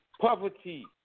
poverty